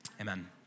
Amen